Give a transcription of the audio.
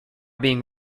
being